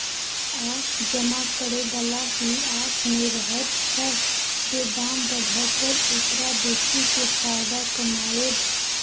आ जमा करे बला ई आस में रहैत छै जे दाम बढ़य पर एकरा बेचि केँ फायदा कमाएब